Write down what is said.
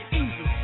easy